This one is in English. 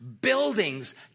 Buildings